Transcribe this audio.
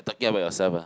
talking about yourself ah